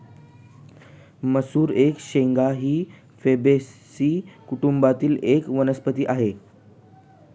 मसूर एक शेंगा ही फेबेसी कुटुंबातील एक वनस्पती आहे